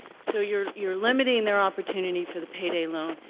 so, you're you're limiting their opportunity for the payday loan,